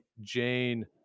Jane